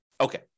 Okay